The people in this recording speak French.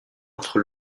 entre